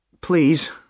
please